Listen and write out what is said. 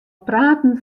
praten